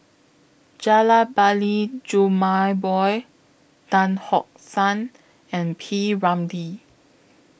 Rajabali Jumabhoy Tan Tock San and P Ramlee